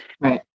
Right